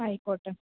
ആയിക്കോട്ടെ